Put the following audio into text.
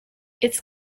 its